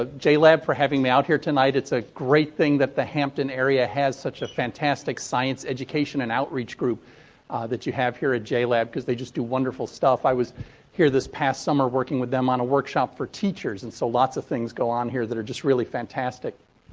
ah jlab for having me out here tonight. it's a great thing that the hampton area has such a fantastic science education and outreach group ah that you have here at ah jlab because they just do wonderful stuff. i was here this past summer working with them on a workshop for teachers, and so lots of things go on here that are just really fantastic.